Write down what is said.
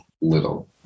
little